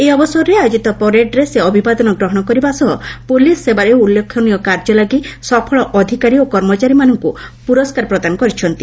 ଏହି ଅବସରରେ ଆୟୋଜିତ ପ୍ୟାରେଡ୍ରେ ସେ ଅଭିବାଦନ ଗ୍ରହଶ କରିବା ସହ ପୁଲିସ୍ ସେବାରେ ଉଲ୍ଲେଖନୀୟ କାର୍ଯ୍ୟ ଲାଗି ସଫଳ ଅଧିକାରୀ ଓ କର୍ମଚାରୀମାନଙ୍କୁ ପୁରସ୍କାର ପ୍ରଦାନ କରିଛନ୍ତି